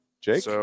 Jake